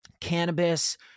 cannabis